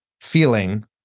feeling